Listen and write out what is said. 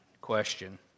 question